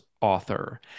author